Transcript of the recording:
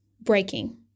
Breaking